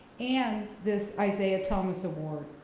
and this isaiah thomas award,